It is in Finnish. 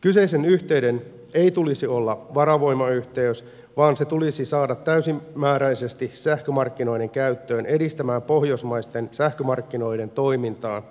kyseisen yhteyden ei tulisi olla varavoimayhteys vaan se tulisi saada täysimääräisesti sähkömarkkinoiden käyttöön edistämään pohjoismaisten sähkömarkkinoiden toimintaa